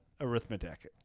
arithmetic